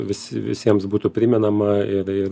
visi visiems būtų primenama ir ir